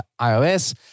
iOS